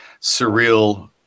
surreal